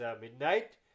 midnight